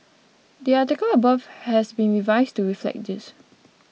the article above has been revised to reflect this